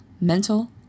mental